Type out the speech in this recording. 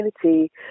community